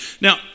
Now